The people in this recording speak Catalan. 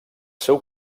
seu